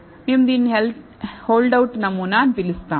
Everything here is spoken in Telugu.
మేము దీనిని హోల్డ్ అవుట్ నమూనా అని మనం పిలుస్తాం